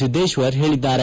ಸಿದ್ದೇಶ್ವರ ಹೇಳಿದ್ದಾರೆ